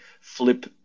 flip